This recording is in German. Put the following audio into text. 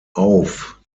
auf